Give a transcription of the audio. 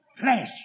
flesh